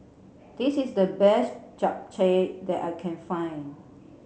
this is the best Japchae that I can find